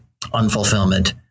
unfulfillment